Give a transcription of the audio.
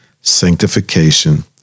sanctification